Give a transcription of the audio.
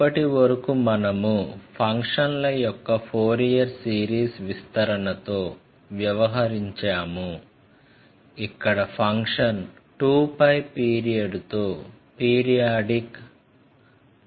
ఇప్పటివరకు మనము ఫంక్షన్ల యొక్క ఫోరియర్ సిరీస్ విస్తరణతో వ్యవహరించాము ఇక్కడ ఫంక్షన్ 2π పీరియడ్తో పీరియాడిక్